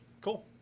Cool